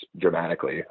dramatically